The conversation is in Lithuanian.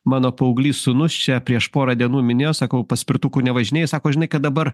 mano paauglys sūnus čia prieš porą dienų minėjo sakau paspirtuku nevažinėji sako žinai kad dabar